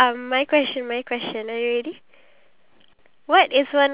oh you know what my performance right the dance right it's very